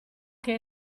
che